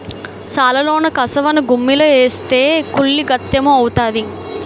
సాలలోన కసవను గుమ్మిలో ఏస్తే కుళ్ళి గెత్తెము అవుతాది